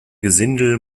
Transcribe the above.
gesindel